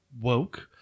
woke